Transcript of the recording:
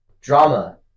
Drama